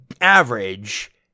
average